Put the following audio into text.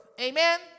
amen